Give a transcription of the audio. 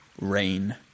rain